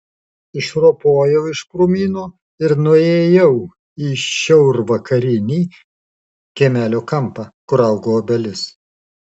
išropojau iš krūmyno ir nuėjau į šiaurvakarinį kiemelio kampą kur augo obelis